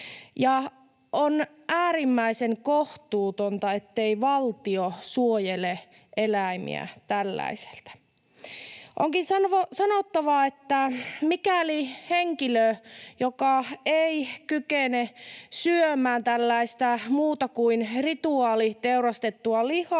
On äärimmäisen kohtuutonta, ettei valtio suojele eläimiä tällaiselta. Onkin sanottava, että mikäli henkilö ei kykene syömään muuta kuin rituaaliteurastettua lihaa,